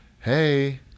hey